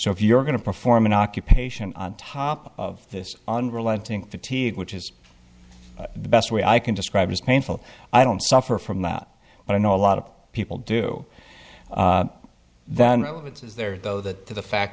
so if you're going to perform an occupation on top of this on relenting fatigue which is the best way i can describe is painful i don't suffer from that but i know a lot of people do that there though that the fact